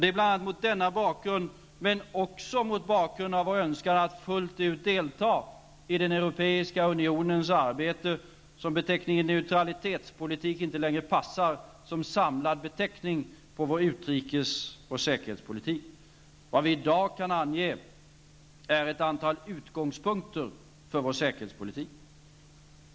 Det är bl.a. mot denna bakgrund, men också mot bakgrund av vår önskan att fullt ut delta i den ''neutralitetspolitik'' inte längre passar som samlad beteckning på vår utrikes och säkerhetspolitik. Vad vi i dag kan ange är ett antal utgångspunkter för vår säkerhetspolitik.